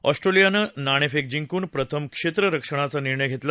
ऑस्ट्रेलियानं नाणेफेक जिंकून प्रथम क्षेत्ररक्षणाचा निर्णय घेतला